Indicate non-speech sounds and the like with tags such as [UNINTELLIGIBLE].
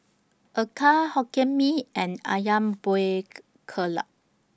Acar Hokkien Mee and Ayam Buah [UNINTELLIGIBLE] Keluak